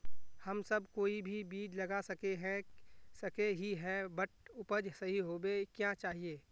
हम सब कोई भी बीज लगा सके ही है बट उपज सही होबे क्याँ चाहिए?